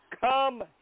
come